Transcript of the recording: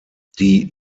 die